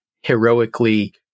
heroically